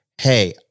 hey